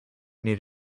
need